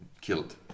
killed